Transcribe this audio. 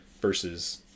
versus